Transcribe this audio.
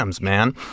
man